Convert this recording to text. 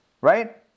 right